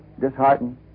disheartened